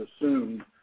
assumed